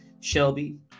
Shelby